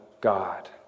God